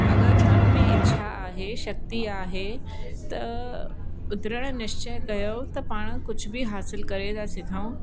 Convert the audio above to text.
अगरि मन में इच्छा आहे शक्ति आहे त दृढ़ निश्चय कयो त पाणि कुझु बि हासिलु करे था सघूं